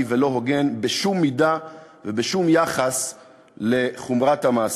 ולא הוגן בשום מידה ובשום יחס לחומרת המעשה.